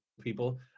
people